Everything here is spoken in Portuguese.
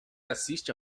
assiste